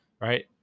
Right